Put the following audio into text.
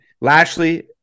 Lashley